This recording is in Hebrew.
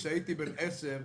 כשהייתי בן עשר,